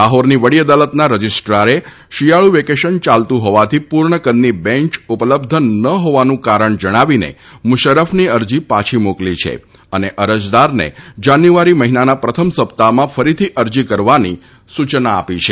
લાહોરની વડી અદાલતના રજીસ્ટ્રારે શિયાળુ વેકેશન યાલતું હોવાથી પૂર્ણ કદની બેન્ય ઉપલબ્ધ ન હોવાનું કારણ જણાવીને મુશર્રફની અરજી પાછી મોકલી છે અને અરજદારને જાન્યુઆરી મહિનાના પ્રથમ સપ્તાહમાં ફરીથી અરજી કરવાની સૂચના આપી છે